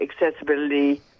accessibility